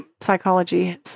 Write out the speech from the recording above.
psychology